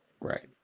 Right